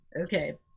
okay